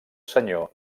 senyor